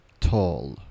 tall